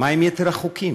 מה עם יתר החוקים?